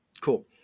Cool